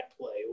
play